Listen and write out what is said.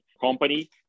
company